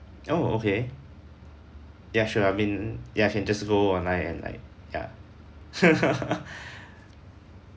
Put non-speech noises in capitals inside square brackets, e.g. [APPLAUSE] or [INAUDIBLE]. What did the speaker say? oh okay ya sure I mean ya I can just go online and like ya [LAUGHS]